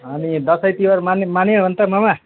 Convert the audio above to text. अनि दसैँ तिहार मान्ने मान्यो अन्त मामा